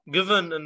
Given